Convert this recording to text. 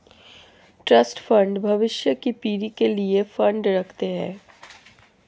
trust fund भविष्य की पीढ़ी के लिए फंड रखते हैं